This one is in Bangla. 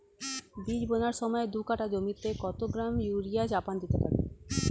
বীজ বোনার সময় দু কাঠা জমিতে কত গ্রাম ইউরিয়া চাপান দিতে পারি?